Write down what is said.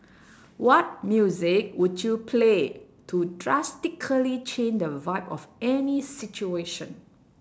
what music would you play to drastically change the vibe of any situation